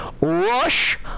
Rush